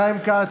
חיים כץ,